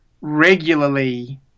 regularly